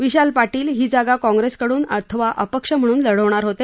विशाल पाटील ही जागा काँग्रेसकडून अथवा अपक्ष म्हणून लढणार होते